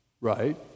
Right